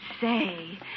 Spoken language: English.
Say